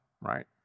right